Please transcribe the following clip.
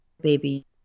baby